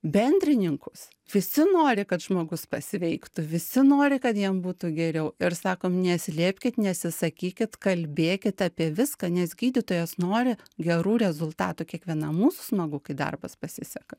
bendrininkus visi nori kad žmogus pasveiktų visi nori kad jam būtų geriau ir sakom neslėpkit nesisakykit kalbėkit apie viską nes gydytojas nori gerų rezultatų kiekvienam mūsų smagu kai darbas pasiseka